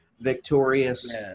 victorious